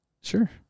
Sure